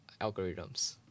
algorithms